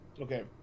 okay